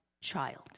child